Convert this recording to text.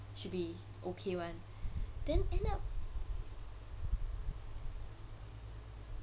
should be okay [one] then end up